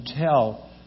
tell